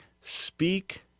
speak